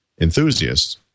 Enthusiasts